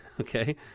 okay